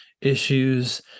issues